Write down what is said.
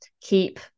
keep